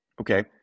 Okay